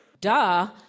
Duh